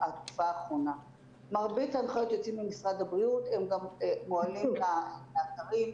ולקחנו את האחריות על כל המסגרות הבריאותיות בנושא של אספקה של הציוד.